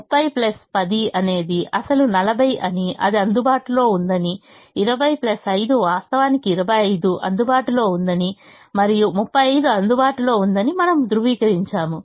30 10 అనేది అసలు 40 అని అది అందుబాటులో ఉందని 20 5 వాస్తవానికి 25 అందుబాటులో ఉందని మరియు 35 అందుబాటులో ఉందని మనము ధృవీకరించవచ్చు